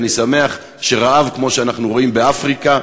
אני שמח שרעב כמו שאנחנו רואים באפריקה,